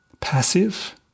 Passive